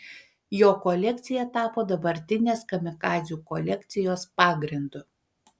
jo kolekcija tapo dabartinės kamikadzių kolekcijos pagrindu